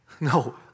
No